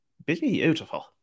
Beautiful